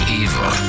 evil